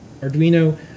Arduino